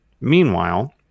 Meanwhile